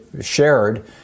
shared